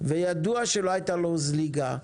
וידוע שלא היתה לו זליגה.